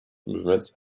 movements